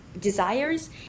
Desires